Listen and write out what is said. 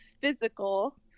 physical